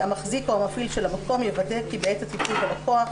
"המחזיק או המפעיל של המקום יוודא כי בעת הטיפול בלקוח